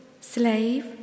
slave